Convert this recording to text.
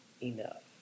enough